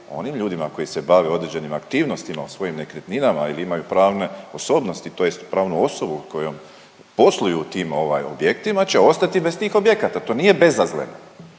onim ljudima koji se bave određenim aktivnostima u svojim nekretninama ili imaju pravne osobnosti tj. pravnu osobu kojom posluju u tim ovaj objektima će ostati bez tih objekata. To nije bezazleno.